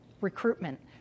recruitment